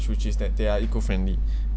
which is that they are eco friendly